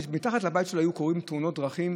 מתחת לבית שלו היו קורות תאונות דרכים.